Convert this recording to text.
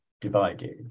divided